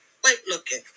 white-looking